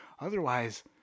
otherwise